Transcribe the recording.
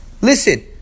Listen